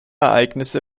ereignisse